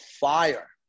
fire